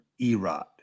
Erod